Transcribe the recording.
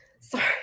Sorry